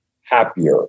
happier